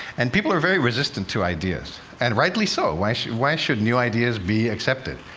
and people are very resistant to ideas, and rightly so. why should why should new ideas be accepted?